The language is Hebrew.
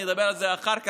אני אדבר על זה אחר כך,